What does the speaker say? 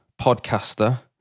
podcaster